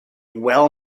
well